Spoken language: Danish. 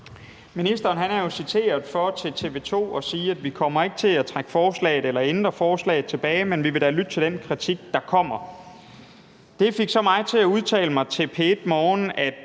Ministeren er jo citeret for at sige til TV 2: »Jeg kommer ikke til at trække forslaget tilbage. Men vi lytter meget på den kritik, der kommer.« Det fik så mig til at udtale mig til P1 Morgen,